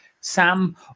Sam